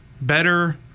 better